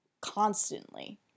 constantly